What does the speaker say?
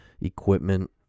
equipment